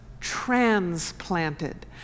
transplanted